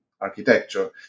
architecture